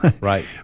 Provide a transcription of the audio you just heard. Right